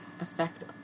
affect